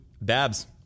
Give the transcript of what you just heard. Babs